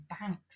banks